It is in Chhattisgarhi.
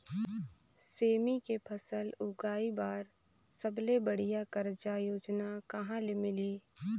सेमी के फसल उगाई बार सबले बढ़िया कर्जा योजना कहा ले मिलही?